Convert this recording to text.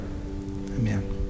Amen